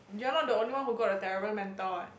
you're not the only one who got a terrible mentor what